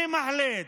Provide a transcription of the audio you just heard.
"אני מחליט",